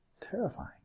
terrifying